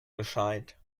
gescheit